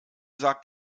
sagt